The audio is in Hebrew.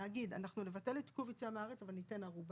להגיד אנחנו נבטל את עיכוב יציאה מן הארץ אבל נתן ערובה.